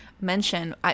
mention